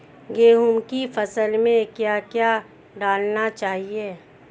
गेहूँ की फसल में क्या क्या डालना चाहिए?